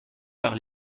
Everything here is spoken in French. par